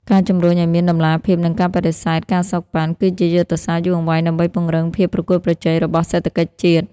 ការជម្រុញឱ្យមានតម្លាភាព និងការបដិសេធ ការសូកប៉ាន់ គឺជាយុទ្ធសាស្ត្រយូរអង្វែងដើម្បីពង្រឹងភាពប្រកួតប្រជែងរបស់សេដ្ឋកិច្ចជាតិ។